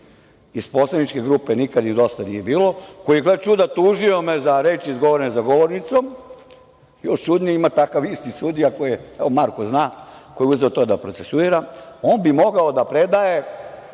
iz poslaničke grupe „Nikad im dosta nije bilo“, koji me je, gle čuda, tužio za reči izgovorene za govornicom. Još čudnije, ima isti takav sudija koji je, evo Marko zna, koji je uzeo to da procesuira. On bi mogao da predaje,